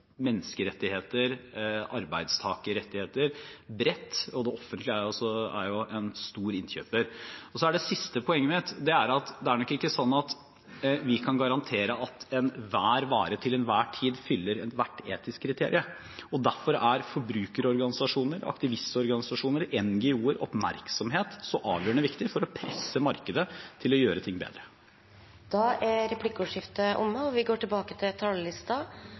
er det siste poenget mitt er at det er nok ikke sånn at vi kan garantere at enhver vare til enhver tid fyller ethvert etisk kriterium. Derfor er forbrukerorganisasjoner, aktivistorganisasjoner, NGO-er, oppmerksomhet så avgjørende viktig for å presse markedet til å gjøre ting bedre. Replikkordskiftet er omme. De talerne som heretter får ordet, har en taletid på inntil 3 minutter. Tre av ti familier i Norge har blitt dårligere økonomisk stilt under høyreregjeringen og